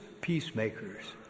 peacemakers